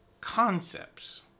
concepts